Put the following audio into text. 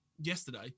yesterday